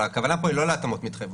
אבל הכוונה פה היא לא להתאמות מתחייבות.